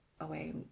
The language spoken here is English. away